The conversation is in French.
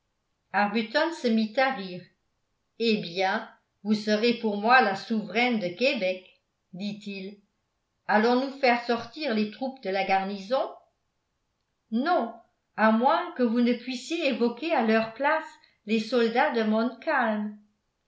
se mit à rire eh bien vous serez pour moi la souveraine de québec dit-il allons-nous faire sortir les troupes de la garnison non à moins que vous ne puissiez évoquer à leur place les soldats de